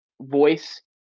voice